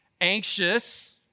Anxious